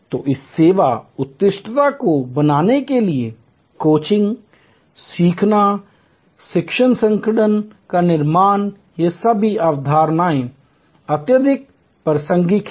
तो इस सेवा उत्कृष्टता को बनाने के लिए कोचिंग सीखना शिक्षण संगठन का निर्माण ये सभी अवधारणाएँ अत्यधिक प्रासंगिक हैं